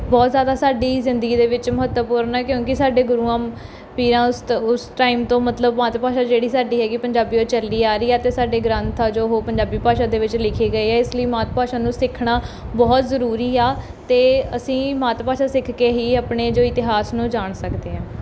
ਬਹੁਤ ਜ਼ਿਆਦਾ ਸਾਡੀ ਜ਼ਿੰਦਗੀ ਦੇ ਵਿੱਚ ਮਹੱਤਵਪੂਰਨ ਹੈ ਕਿਉਂਕਿ ਸਾਡੇ ਗੁਰੂਆਂ ਪੀਰਾਂ ਉਸ ਤ ਉਸ ਟਾਈਮ ਤੋਂ ਮਤਲਬ ਮਾਤ ਭਾਸ਼ਾ ਜਿਹੜੀ ਸਾਡੀ ਹੈਗੀ ਪੰਜਾਬੀ ਉਹ ਚੱਲੀ ਆ ਰਹੀ ਆ ਅਤੇ ਸਾਡੇ ਗ੍ਰੰਥ ਆ ਜੋ ਉਹ ਪੰਜਾਬੀ ਭਾਸ਼ਾ ਦੇ ਵਿੱਚ ਲਿਖੇ ਗਏ ਹੈ ਇਸ ਲਈ ਮਾਤ ਭਾਸ਼ਾ ਨੂੰ ਸਿੱਖਣਾ ਬਹੁਤ ਜ਼ਰੂਰੀ ਆ ਅਤੇ ਅਸੀਂ ਮਾਤ ਭਾਸ਼ਾ ਸਿੱਖ ਕੇ ਹੀ ਆਪਣੇ ਜੋ ਇਤਿਹਾਸ ਨੂੰ ਜਾਣ ਸਕਦੇ ਹਾਂ